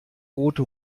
rote